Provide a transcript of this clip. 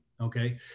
okay